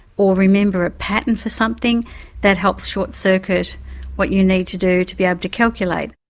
or remember a pattern for something that helps short circuit what you need to do to be able to calculate.